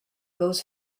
goes